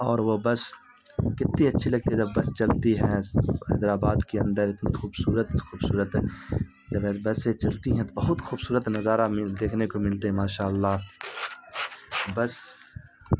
اور وہ بس کتنی اچھی لگتی ہے جب بس چلتی ہے حیدرآباد کے اندر اتنی خوبصورت خوبصورت جب بسیں چلتی ہیں تو بہت خوبصورت نظارہ مل دیکھنے کو ملتے ہیں ماشاء اللہ بس